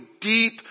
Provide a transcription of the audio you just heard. deep